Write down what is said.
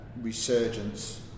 resurgence